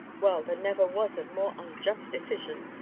well, there never was a more unjust decision!